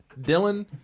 Dylan